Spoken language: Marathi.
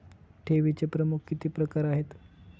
ठेवीचे प्रमुख किती प्रकार आहेत?